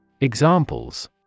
Examples